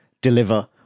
deliver